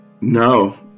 No